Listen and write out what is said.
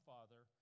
Father